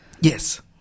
Yes